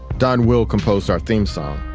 don will composed our theme song.